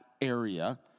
area